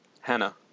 Hannah